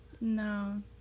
No